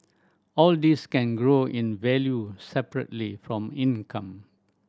all these can grow in value separately from income